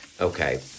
Okay